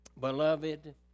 Beloved